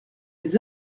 les